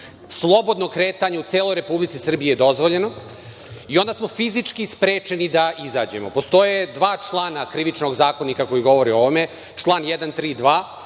Slobodno kretanje u celoj Republici Srbiji je dozvoljeno i onda smo fizički sprečeni da izađemo. Postoje dva člana Krivičnog zakonika koji govori o ovome. Član 132.